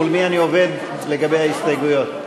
מול מי אני עובד לגבי ההסתייגויות?